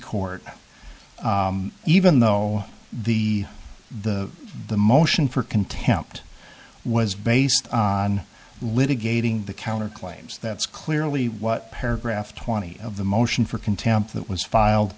court even though the the the motion for contempt was based on litigating the counter claims that's clearly what paragraph twenty of the motion for contempt that was filed